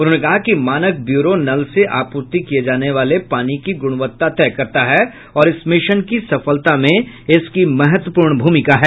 उन्होंने कहा कि मानक ब्यूरो नल से आपूर्ति किए जाने वाले पानी की गुणवत्ता तय करता है और इस मिशन की सफलता में इसकी महत्वपूर्ण भूमिका है